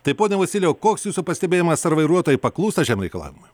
taipogi vasilijau koks jūsų pastebėjimas ar vairuotojai paklūsta šiam reikalavimui